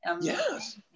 Yes